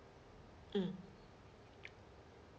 mm